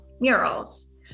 murals